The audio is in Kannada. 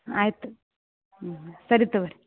ಆಯ್ತು ಹ್ಞೂ ಸರಿ ತಗೋರಿ